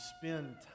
spend